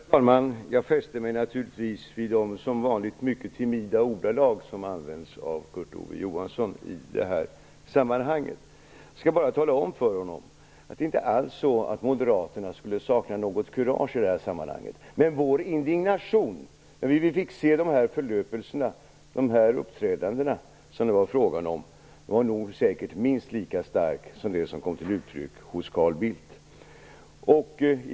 Herr talman! Jag fäste mig naturligtvis vid de som vanligt mycket timida ord som användes av Kurt Ove Johansson. Det är inte alls så att moderaterna saknar kurage i den här frågan. Men vår indignation när vi fick se dessa uppträdanden var nog lika stark som den som kom till uttryck hos Carl Bildt.